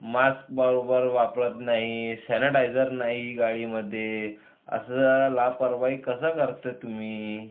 mask बरोबर वापरत नाही सॅनटायझर नाही गाडीमध्ये असं लापरवाही कसं करतात तुम्ही